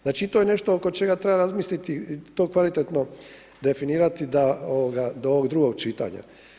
Znači i to je nešto oko čega treba razmisliti i to kvalitetno definirati do ovog drugog čitanja.